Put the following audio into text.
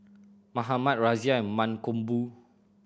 Mahatma Razia and Mankombu